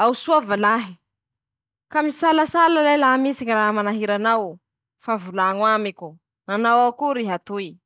aho, tsy noho misy raha manahira anao? hainao fa afaky mirehaky amiko iha, laha misy ñy raha teanao ho zarà noho ilanao fañampea".